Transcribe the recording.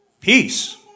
Peace